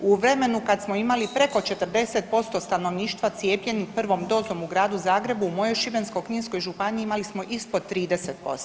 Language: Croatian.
U vremenu kada smo imali preko 40% stanovništva cijepljenih prvom dozom u Gradu Zagrebu u mojoj Šibensko-kninskoj županiji imali smo ispod 30%